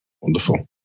Wonderful